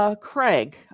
Craig